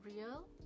real